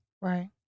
Right